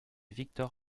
victor